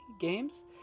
Games